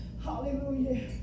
Hallelujah